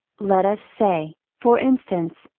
let us say, for instance,